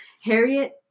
Harriet